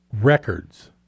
records